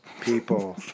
people